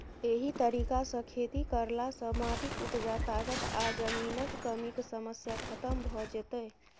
एहि तरीका सँ खेती करला सँ माटिक उपजा ताकत आ जमीनक कमीक समस्या खतम भ जेतै